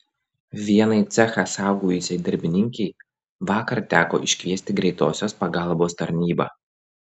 vienai cechą saugojusiai darbininkei vakar teko iškviesti greitosios pagalbos tarnybą